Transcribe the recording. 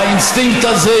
האינסטינקט הזה,